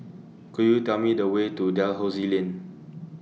Could YOU Tell Me The Way to Dalhousie Lane